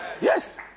Yes